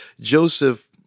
Joseph